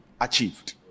achieved